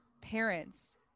parents